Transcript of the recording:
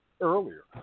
earlier